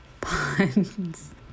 puns